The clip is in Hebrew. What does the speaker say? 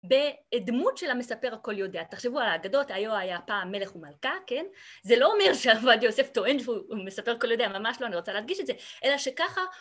בדמות של המספר הכל יודע. תחשבו על האגדות, היה היה פעם מלך ומלכה, כן, זה לא אומר שעובדיה יוסף טוען שהוא מספר הכל יודע, ממש לא, אני רוצה להדגיש את זה, אלא שככה